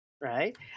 Right